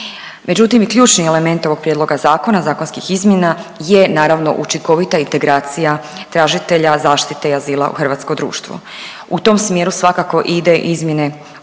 Međutim i ključni element ovog prijedloga zakona i zakonskih izmjena je naravno učinkovita integracija tražitelja zaštite i azila u hrvatsko društvo. U tom smjeru svakako ide i izmjene o